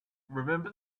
remember